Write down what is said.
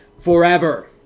forever